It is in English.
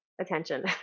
attention